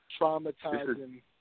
Traumatizing